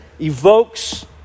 evokes